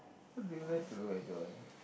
what do we like to enjoy ah